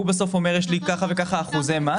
הוא בסוף אומר שיש לי כך וכך אחוזי מס.